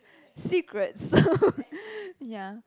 secrets ya